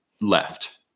left